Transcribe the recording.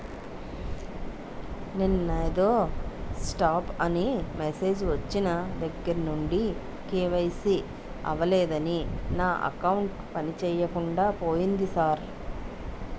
నిన్నేదో స్టాప్ అని మెసేజ్ ఒచ్చిన దగ్గరనుండి కే.వై.సి అవలేదని నా అకౌంట్ పనిచేయకుండా పోయింది సార్